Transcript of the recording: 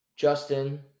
Justin